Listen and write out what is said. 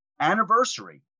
anniversary